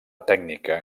tècnica